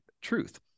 truth